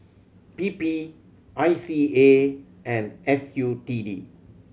P P I C A and S U T D